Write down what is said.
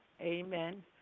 Amen